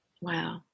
Wow